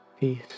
peace